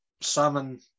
salmon